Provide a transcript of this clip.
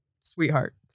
Sweetheart